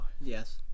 Yes